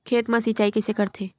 खेत मा सिंचाई कइसे करथे?